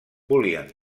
volien